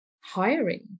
hiring